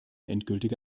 endgültige